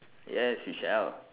yes we shall